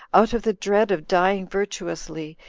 out of the dread of dying virtuously,